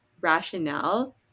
rationale